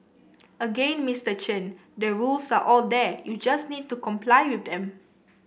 again Mister Chen the rules are all there you just need to comply with them